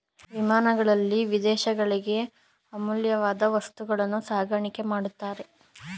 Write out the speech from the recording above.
ವಿಮಾನಗಳಲ್ಲಿ ವಿದೇಶಗಳಿಗೆ ಅಮೂಲ್ಯವಾದ ವಸ್ತುಗಳನ್ನು ಸಾಗಾಣಿಕೆ ಮಾಡುತ್ತಾರೆ